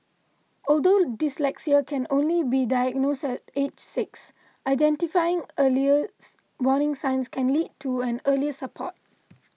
although dyslexia can only be diagnosed at age six identifying early warning signs can lead to earlier support